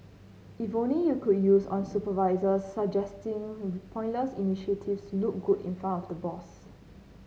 if only you could use on supervisors suggesting pointless initiatives look good in front of the boss